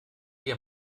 dir